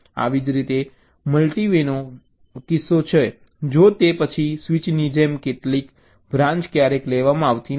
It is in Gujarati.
આવી જ રીતે મલ્ટિ વેનો કિસ્સો છે જો તે પછી સ્વીચની જેમ કેટલીક બ્રાન્ચ ક્યારેય લેવામાં આવતી નથી